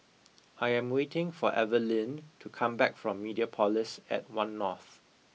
I am waiting for Evaline to come back from Mediapolis at One North